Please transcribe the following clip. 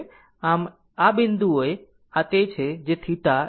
આમ આ બિંદુએ આ તે જ છે જે θ એ 0 ની બરાબર છે